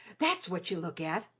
that's what you look at!